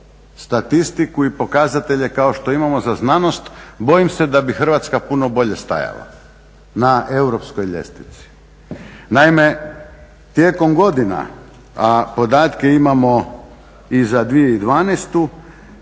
statistiku i pokazatelje kao što imamo za znanost bojim se da bi Hrvatska puno bolje stajala na europskoj ljestvici. Naime, tijekom godina, a podatke imamo i za 2012.